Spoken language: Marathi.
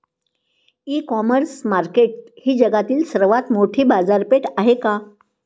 इ कॉमर्स मार्केट ही जगातील सर्वात मोठी बाजारपेठ आहे का?